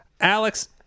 Alex